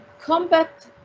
combat